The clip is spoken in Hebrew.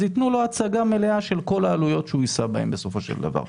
אז יתנו לו הצגה מלאה של כל העלויות שהוא יישא בהן בסופו של דבר,